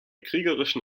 kriegerischen